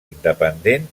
independent